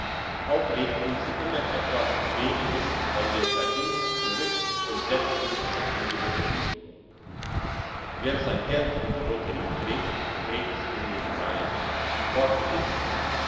auch legten sie immer etwas weniges von dem verdienst zurück und setzten's in der lotterie wer sein geld in die lotterie trägt trägt's in den rhein fort ist's